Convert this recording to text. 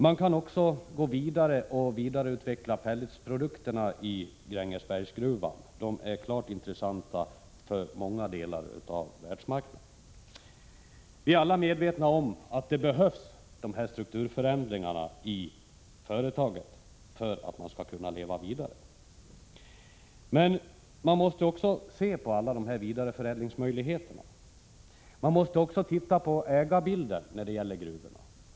Man kan också gå vidare och vidareutveckla pelletsprodukterna i Grängesbergsgruvan — de är klart intressanta för många delar av världsmarknaden. Vi är alla medvetna om att strukturförändringar behövs i företaget för att det skall kunna leva vidare. Men man måste också se på alla dessa vidareförädlingsmöjligheter. Man måste även titta på ägarbilden när det gäller gruvorna.